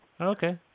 Okay